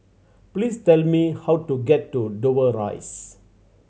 please tell me how to get to Dover Rise